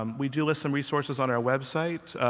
um we do list some resources on our website.